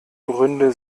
gründe